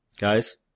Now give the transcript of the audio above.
Guys